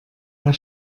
der